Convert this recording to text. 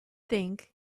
think